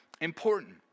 important